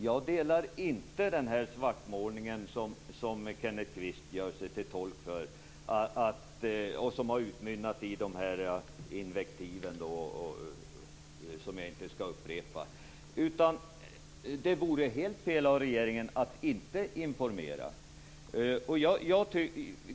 Jag instämmer inte i den svartmålning som Kenneth Kvist gör sig till tolk för och som har utmynnat i de invektiv som jag inte skall upprepa här. Det vore helt fel av regeringen att inte informera.